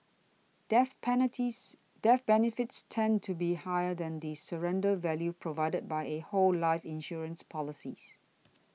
death panneties death benefits tend to be higher than the surrender value provided by a whole life insurance policy